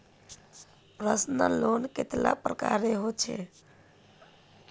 Personal loan कतेला प्रकारेर होचे?